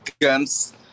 guns